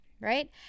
right